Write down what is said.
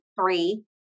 three